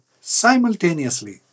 simultaneously